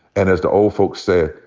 and as the old folks said,